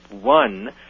one